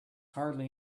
hardly